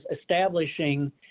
establishing